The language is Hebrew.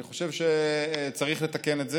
אני חושב שצריך לתקן את זה,